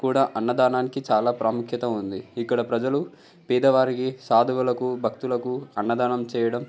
కూడా అన్నదానానికి చాలా ప్రాముఖ్యత ఉంది ఇక్కడ ప్రజలు పేదవారికి సాధువులకు భక్తులకు అన్నదానం చేయడం